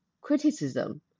criticism